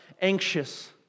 anxious